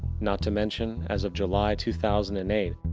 not to mention, as of july two thousand and eight,